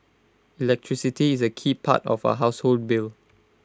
electricity is A key part of A household bill